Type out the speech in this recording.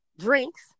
Drinks